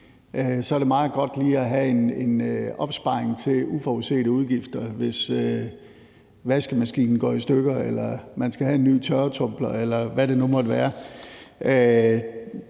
meget godt lige at have en opsparing til uforudsete udgifter, altså hvis vaskemaskinen går i stykker eller man skal have en ny tørretumbler, eller hvad det nu måtte være.